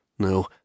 No